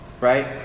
right